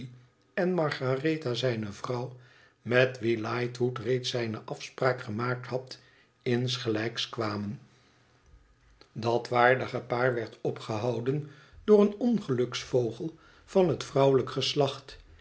en margaretha zijne vrouw met wie lightwood reeds zijne afspraak gemaakthac insgelijks kwamen dat waardige paar werd opgehouden door een ongeluksvogel van het vrouwelijk geslacht